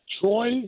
Troy